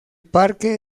parque